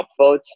upvotes